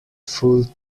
full